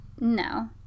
No